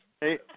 Hey